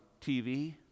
tv